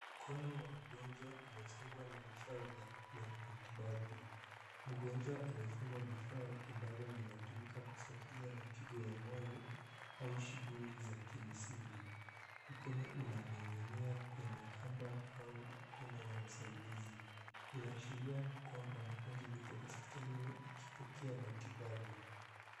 Mkono wa mgonjwa umefungwa na vifaa vya matibabu. Mgonjwa amefungwa vifaa ambavyo vinatumika kufuatilia mapigo ya moyo au shughuli za kimisuli. Mkono unaning'inia kwenye kamba au mkono wa msaidizi, unaashiria kwamba mgonjwa yupo hospitalini akipokea matibabu.